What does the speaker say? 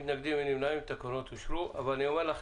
הצבעה בעד,